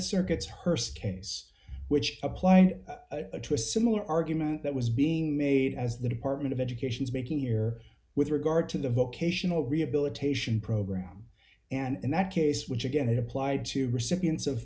circuits hearst case which apply to a similar argument that was being made as the department of education is making here with regard to the vocational rehabilitation program and in that case which again it applied to recipients of